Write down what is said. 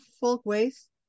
folkways